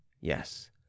yes